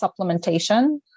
supplementation